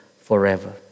forever